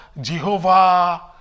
Jehovah